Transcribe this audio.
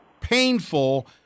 painful